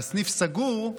והסניף סגור,